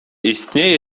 istnieje